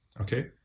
okay